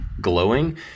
glowing